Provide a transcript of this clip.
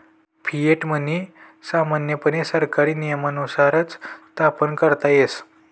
fiat money सामान्यपणे सरकारी नियमानुसारच स्थापन करता येस